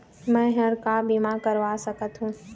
मैं हर का बीमा करवा सकत हो?